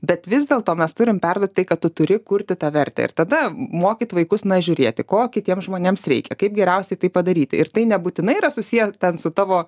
bet vis dėlto mes turim perduoti tai kad tu turi kurti tą vertę ir tada mokyt vaikus na žiūrėti ko kitiems žmonėms reikia kaip geriausiai tai padaryti ir tai nebūtinai yra susiję ten su tavo